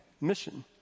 mission